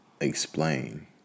explain